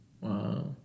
Wow